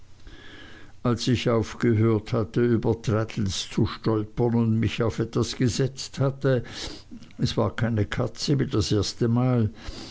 als ich aufgehört hatte über traddles zu stolpern und mich auf etwas gesetzt hatte es war keine katze wie das erste mal